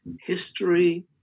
history